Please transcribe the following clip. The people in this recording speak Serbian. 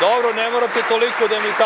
dobro ne morate toliko da mi tapšete.